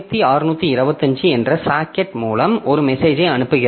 0 1625 என்ற சாக்கெட் மூலம் ஒரு மெசேஜை அனுப்புகிறது